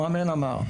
המאמן אמר.